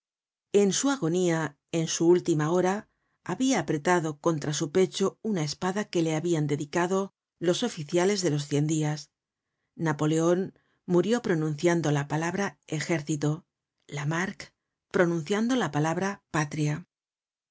en su agonía en su última hora habia apretado contra su pecho una espada que le habian dedicado los oficiales de los cien dias napoleon murió pronunciando la palabra ejército lamarque pronunciando la palabra patria